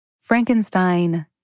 Frankenstein